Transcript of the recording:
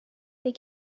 they